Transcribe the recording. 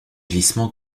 glissement